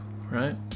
right